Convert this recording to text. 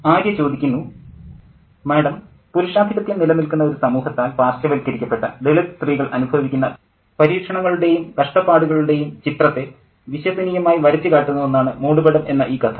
Arya madam പുരുഷാധിപത്യം നിലനിൽക്കുന്ന ഒരു സമൂഹത്താൽ പാർശ്വവൽക്കരിക്കപ്പെട്ട ദളിത് സ്ത്രീകൾ അനുഭവിക്കുന്ന പരീക്ഷണങ്ങളുടെയും കഷ്ടപ്പാടുകളുടെയും ചിത്രത്തെ വിശ്വസനീയമായി വരച്ചു കാട്ടുന്ന ഒന്നാണ് മൂടുപടം എന്ന ഈ കഥ